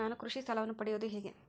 ನಾನು ಕೃಷಿ ಸಾಲವನ್ನು ಪಡೆಯೋದು ಹೇಗೆ?